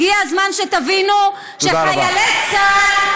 הגיע הזמן שתבינו שחיילי צהל,